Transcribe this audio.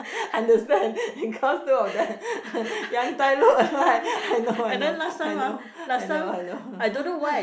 understand because two of them young time look alike I know I know I know I know I know